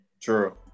True